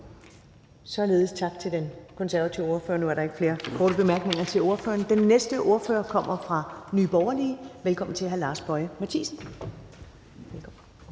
Således tak til den konservative ordfører. Nu er der ikke flere korte bemærkninger til ordføreren. Den næste ordfører kommer fra Nye Borgerlige. Velkommen til hr. Lars Boje Mathiesen. Kl.